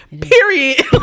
period